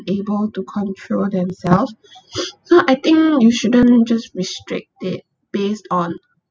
unable to control themselves so I think you shouldn't just restrict it based on